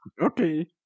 okay